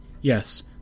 yes